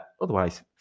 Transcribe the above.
Otherwise